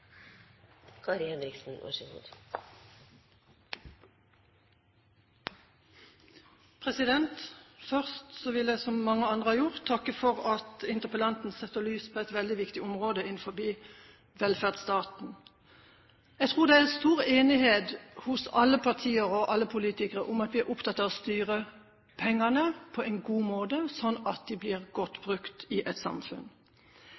Først vil jeg, som mange andre har gjort, takke interpellanten for å sette søkelyset på et veldig viktig område innenfor velferdsstaten. Jeg tror det er stor enighet hos alle partier og alle politikere om at vi må styre pengene på en god måte, sånn at de blir godt brukt i et samfunn.